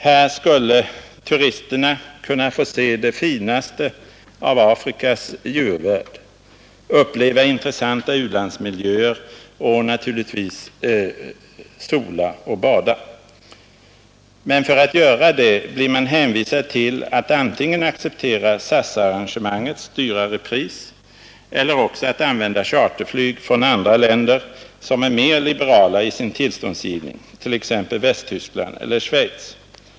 Här skulle turisterna kunna få se det finaste av Afrikas djurvärld, uppleva intressanta u-landsmiljöer och naturligtvis sola och bada. Men för att göra det blir man hänvisad till att antingen acceptera SAS-arrangemangets högre pris eller också att använda charterflyg från andra länder som är mer liberala i sin tillståndsgivning, t.ex. Västtyskland eller Schweiz.